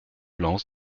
lance